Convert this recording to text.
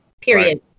period